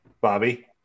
Bobby